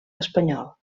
espanyol